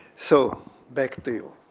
so back to you.